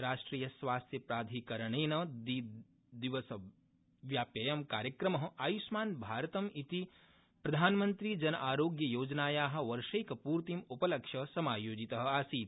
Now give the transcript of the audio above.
राष्ट्रिय स्वास्थ्य प्राधिकरणेन द्वि दिवस व्याप्ययं कार्यक्रम आय्ष्मान् भारतमिति प्रधानमन्त्रि जन आरोग्य योजनाया वर्षैकपूर्तिम् उपलक्ष्य समायोजित आसीत्